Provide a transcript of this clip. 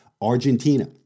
Argentina